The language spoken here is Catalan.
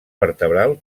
vertebral